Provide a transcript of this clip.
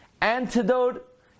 antidote